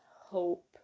hope